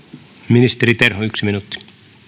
ministeri terho yksi minuutti